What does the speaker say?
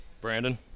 Brandon